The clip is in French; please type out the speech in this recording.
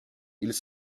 ils